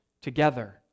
together